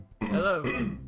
Hello